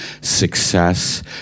success